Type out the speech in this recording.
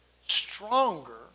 stronger